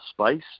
space